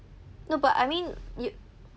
no but I mean you